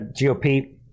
GOP